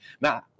Now